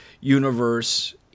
universe